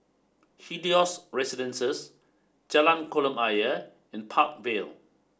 Helios Residences Jalan Kolam Ayer and Park Vale